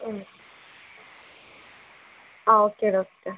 മ് ആ okay doctor